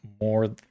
more